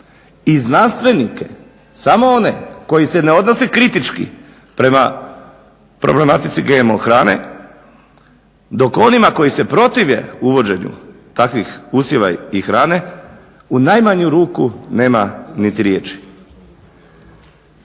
i znanstvenike, samo one koji se ne odnose kritički prema problematici GMO hrane, dok onima koji se protive uvođenju takvih usjeva i hrane u najmanju ruku nema niti riječi.